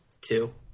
Two